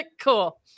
Cool